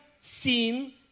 seen